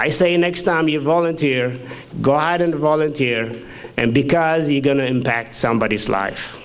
i say next time you volunteer go out and volunteer and because you're going to impact somebody is life